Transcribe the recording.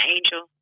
Angel